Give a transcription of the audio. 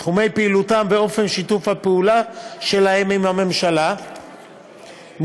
תחומי פעילותם ואופן שיתוף הפעולה שלהם עם הממשלה נקבעו